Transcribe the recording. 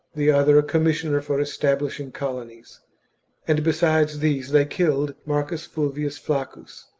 the other a commissioner for establishing colonies and besides these they killed marcus fulvius flaccus.